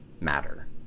matter